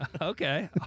Okay